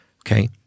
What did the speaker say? okay